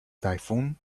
typhoon